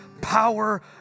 power